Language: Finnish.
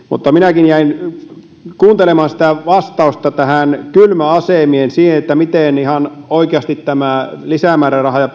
minäkin jäin kuuntelemaan sitä vastausta liittyen näihin kylmäasemiin siihen miten ihan oikeasti tämä lisämääräraha ja